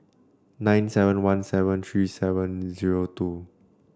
nine seven one seven three seven zero two